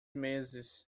meses